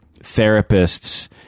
therapists